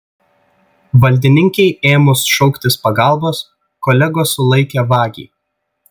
valdininkei ėmus šauktis pagalbos kolegos sulaikė vagį